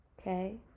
Okay